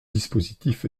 dispositif